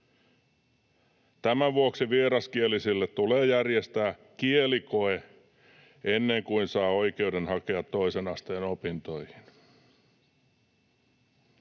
Tämän vuoksi vieraskielisille tulee järjestää kielikoe ennen kuin saa oikeuden hakea toisen asteen opintoihin.